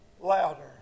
louder